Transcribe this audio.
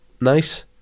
Nice